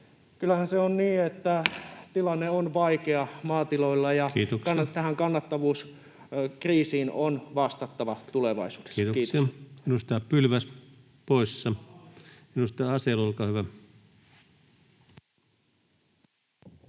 Kyllähän se on niin, että tilanne on vaikea maatiloilla, [Puhemies: Kiitoksia!] ja tähän kannattavuuskriisiin on vastattava tulevaisuudessa. — Kiitos. Kiitoksia. — Edustaja Pylväs poissa — edustaja Asell, olkaa hyvä.